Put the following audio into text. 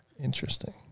Interesting